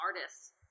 artists